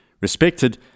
respected